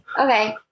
Okay